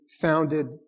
founded